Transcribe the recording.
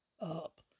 up